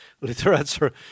literature